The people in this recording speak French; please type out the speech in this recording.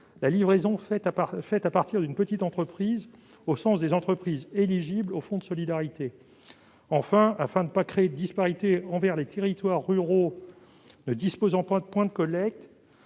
la livraison faite à partir d'une petite entreprise au sens des entreprises éligibles au fonds de solidarité. Enfin, afin de ne pas défavoriser les territoires ruraux ne disposant pas de points de collecte,